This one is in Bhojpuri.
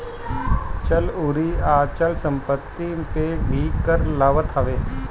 चल अउरी अचल संपत्ति पे भी कर लागत हवे